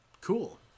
Cool